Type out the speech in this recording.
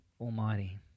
Almighty